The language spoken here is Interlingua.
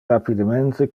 rapidemente